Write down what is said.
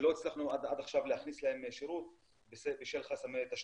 שלא הצלחנו עד עכשיו להכניס להם שירות בשל חסמי תשתית,